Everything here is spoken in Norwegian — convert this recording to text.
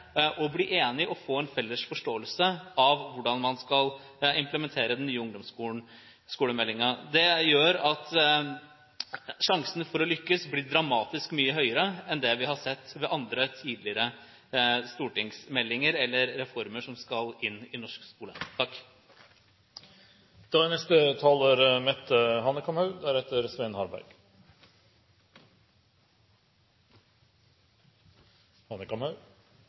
og bli enige og få en felles forståelse av hvordan man skal implementere den nye ungdomsskolemeldingen. Det gjør at sjansen for å lykkes blir dramatisk mye høyere enn det vi har sett ved andre tidligere reformer som skal inn i norsk skole. Denne meldingen er